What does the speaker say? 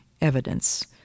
evidence